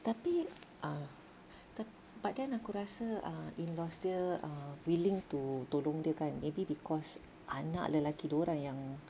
tapi ah tapi but then aku rasa ah in-laws dia ah willing to tolong dia kan maybe because anak lelaki dorang yang